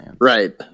right